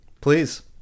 please